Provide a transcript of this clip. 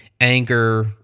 Anger